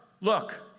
look